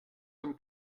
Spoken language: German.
zum